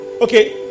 okay